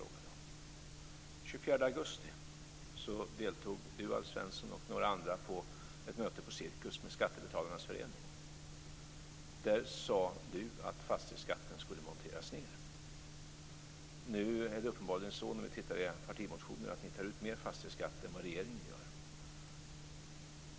Den 24 augusti deltog Alf Svensson och några andra på ett möte på Svensson att fastighetsskatten skulle monteras ned. När vi nu tittar i er partimotion ser vi att ni uppenbarligen tar ut mer fastighetsskatt än vad regeringen gör.